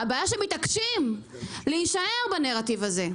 הבעיה שהם מתעקשים להישאר בנרטיב הזה.